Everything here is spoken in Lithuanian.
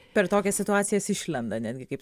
per tokias situacijas išlenda netgi kaip